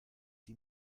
sie